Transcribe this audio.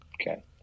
Okay